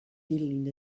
dilyn